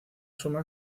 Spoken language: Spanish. suma